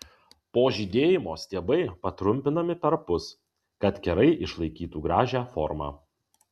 po žydėjimo stiebai patrumpinami perpus kad kerai išlaikytų gražią formą